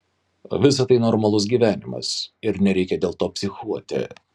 visa tai normalus gyvenimas ir nereikia dėl to psichuoti